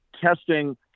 testing